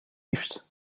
liefst